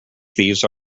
thieves